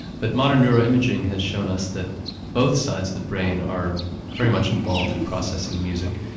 but modern neuro-imaging has shown us that both sides of the brain are very much involved in processing music.